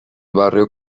barrio